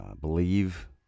believe